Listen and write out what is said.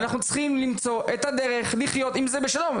אנחנו צריכים למצוא את הדרך לחיות עם זה בשלום.